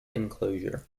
enclosure